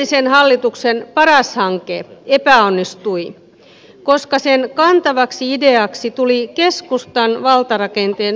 edellisen hallituksen paras hanke epäonnistui koska sen kantavaksi ideaksi tuli keskustan valtarakenteen säilyttäminen